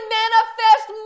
manifest